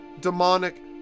demonic